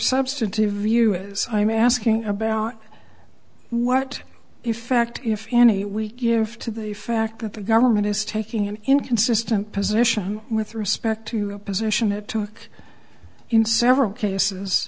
substantive view is i'm asking about what effect if any we give to the fact that the government is taking an inconsistent position with respect to a position that took in several